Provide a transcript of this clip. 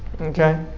Okay